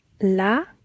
la